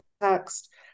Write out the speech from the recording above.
text